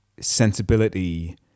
sensibility